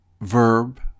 verb